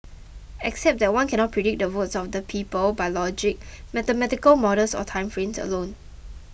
except that one cannot predict the votes of the people by logic mathematical models or time frames alone